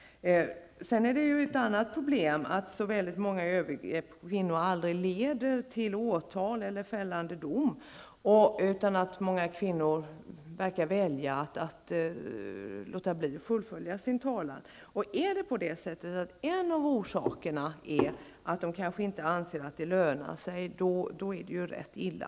Det är ett annat problem att så många övergrepp på kvinnor aldrig leder till åtal eller till fällande dom, utan att många kvinnor verkar välja att låta bli att fullfölja sin talan. Om det är så att en av orsakerna är att de inte anser att det lönar sig är det rätt illa.